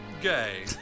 gay